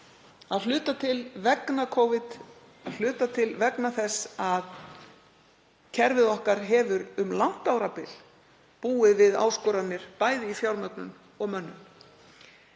að hluta til vegna Covid, að hluta til vegna þess að kerfið okkar hefur um langt árabil búið við áskoranir bæði í fjármögnun og mönnun.